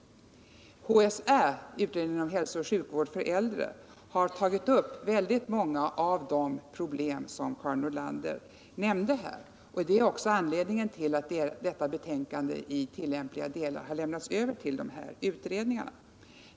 HSÄ, utredningen om hälsooch sjukvård för äldre, har tagit upp väldigt många av de problem som Karin Nordlander nämnde. Det är. också anledningen till att dess betänkande i tillämpliga delar har lämnats över till de övriga utredningarna.